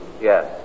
Yes